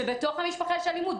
שבתוך המשפחה יש אלימות.